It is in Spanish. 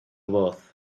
voz